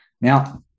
Now –